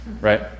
right